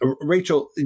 Rachel